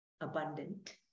abundant